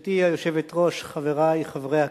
גברתי היושבת-ראש, חברי חברי הכנסת,